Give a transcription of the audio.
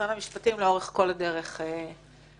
אבל משרד המשפטים לאורך כל הדרך התעקש